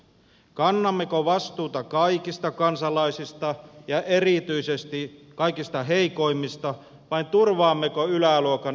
kannammeko vastuuta kaikista kansalaisista ja erityisesti kaikista heikoimmista vai turvaammeko yläluokan ylimitoitettua elintasoa